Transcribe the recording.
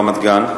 ברמת-גן,